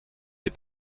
des